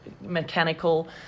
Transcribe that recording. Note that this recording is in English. mechanical